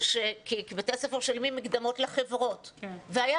שבחוזים כי בתי הספר משלמים מקדמות לחברות שהיה